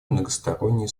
многостороннее